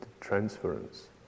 transference